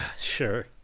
Sure